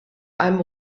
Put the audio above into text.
einem